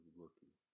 looking